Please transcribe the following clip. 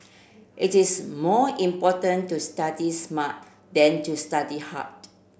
it is more important to study smart than to study hard